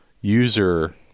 user